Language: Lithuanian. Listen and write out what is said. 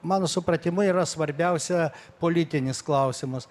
mano supratimu yra svarbiausia politinis klausimas